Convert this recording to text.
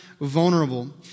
vulnerable